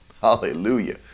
Hallelujah